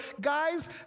Guys